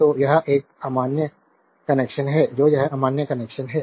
तो यह एक अमान्य कनेक्शन है तो यह अमान्य कनेक्शन है